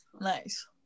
Nice